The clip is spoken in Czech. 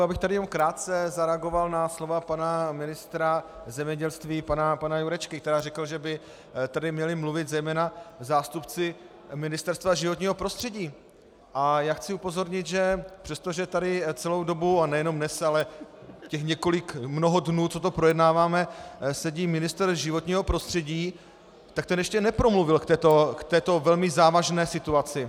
Já bych tady jenom krátce zareagoval na slova pana ministra zemědělství pana Jurečky, který řekl, že by tady měli mluvit zejména zástupci Ministerstva životního prostředí, a chci upozornit, že přestože tady celou dobu, a nejenom dnes, ale těch několik mnoho dnů, co to projednáváme, sedí ministr životního prostředí, tak ten ještě nepromluvil k této velmi závažné situaci.